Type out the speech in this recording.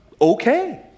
okay